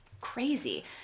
crazy